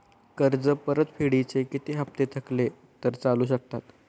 कर्ज परतफेडीचे किती हप्ते थकले तर चालू शकतात?